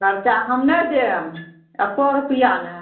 खर्चा हम नहि देब एको रुपिआ नहि